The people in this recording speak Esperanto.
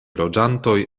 loĝantoj